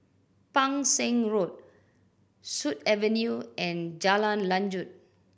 Pang Seng Road Sut Avenue and Jalan Lanjut